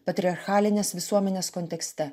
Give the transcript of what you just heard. patriarchalinės visuomenės kontekste